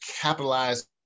capitalize